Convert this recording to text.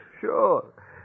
Sure